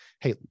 Hey